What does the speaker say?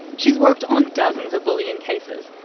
she's worked on dozens of bullying cases,